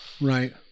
Right